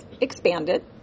expanded